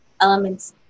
elements